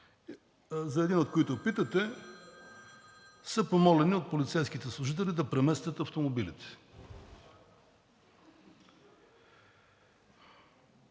за един от които питате, са помолени от полицейските служители да преместят автомобилите.